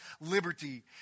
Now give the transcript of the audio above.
liberty